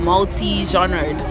Multi-genre